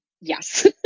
Yes